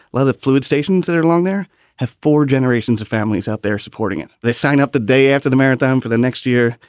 the fluid stations that are long, there have four generations of families out there supporting it, they sign up the day after the maritime for the next year.